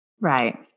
Right